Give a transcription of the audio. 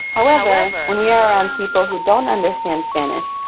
however. when we are around people who don't understand spanish,